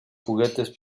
juguetes